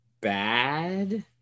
bad